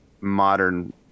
modern